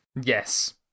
Yes